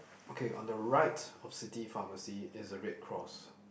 okay on the right of city pharmacy is a red cross